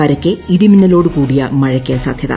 പരക്കെ ഇടിമിന്നലോടു കൂടിയ മഴയ്ക്ക് സാധ്യത